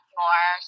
more